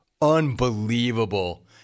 Unbelievable